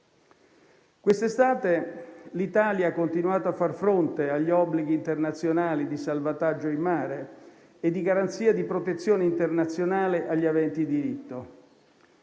Quest'estate l'Italia ha continuato a far fronte agli obblighi internazionali di salvataggio in mare e di garanzia di protezione internazionale agli aventi diritto.